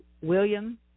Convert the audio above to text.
William